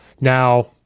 Now